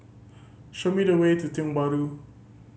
show me the way to Tiong Bahru